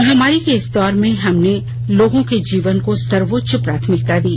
महामारी के इस दौर में हमने लोगों के जीवन को सर्वोच्च प्राथमिकता दी